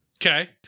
Okay